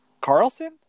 Carlson